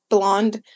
Blonde